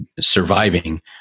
surviving